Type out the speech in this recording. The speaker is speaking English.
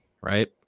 right